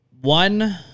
One